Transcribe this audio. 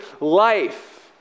life